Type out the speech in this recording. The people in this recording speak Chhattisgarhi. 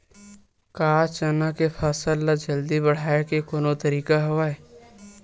का चना के फसल ल जल्दी बढ़ाये के कोनो तरीका हवय?